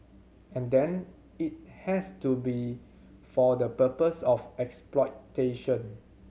and then it has to be for the purpose of exploitation